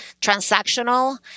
transactional